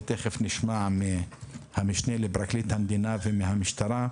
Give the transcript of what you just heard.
ותכף נשמע מהמשנה לפרקליט המדינה ומהמשטרה,